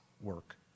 work